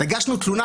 הגשנו תלונה,